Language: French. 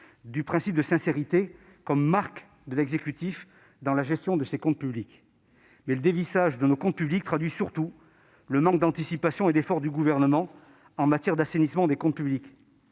du principe de sincérité, comme marque de l'exécutif dans la gestion des comptes publics. Or le dévissage de nos comptes publics traduit surtout le manque d'anticipation et d'efforts du Gouvernement en matière d'assainissement des comptes publics.